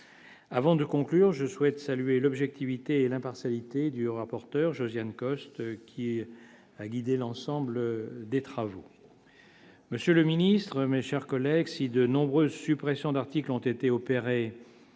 Avant de conclure : je souhaite saluer l'objectivité et l'impartialité du rapporteur Josiane Costes qui a guidé l'ensemble des travaux, monsieur le Ministre, mes chers collègues, si de nombreuses suppressions d'articles ont été opérées